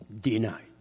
Denied